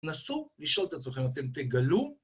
נסו לשאול את עצמכם אתם תגלו?